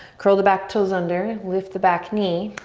curl the back toes under, lift the back knee.